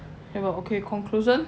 okay but conclusion